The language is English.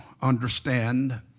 understand